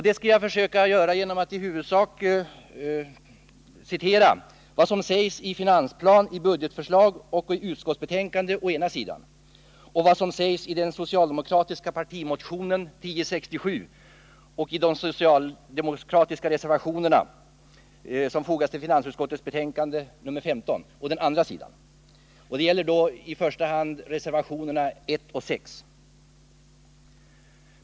Det skall jag försöka göra i huvudsak genom att citera å ena sidan det som sägs i finansplan, budgetförslag och utskottsbetänkande och å andra sidan vad som sägs i den socialdemokratiska partimotionen 1067 och i de socialdemokratiska reservationer som fogats till finansutskottets betänkande nr 15 — det gäller i första hand reservationerna 1 och 6.